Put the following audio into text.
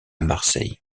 marseille